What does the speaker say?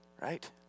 right